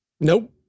Nope